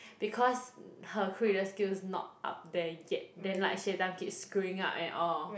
because her quenelle skills not up there yet then like she every time keep screwing up and all